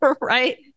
right